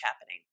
happening